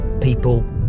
people